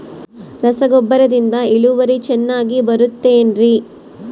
ರಸಗೊಬ್ಬರದಿಂದ ಇಳುವರಿ ಚೆನ್ನಾಗಿ ಬರುತ್ತೆ ಏನ್ರಿ?